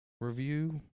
review